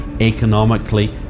economically